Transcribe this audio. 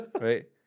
right